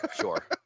sure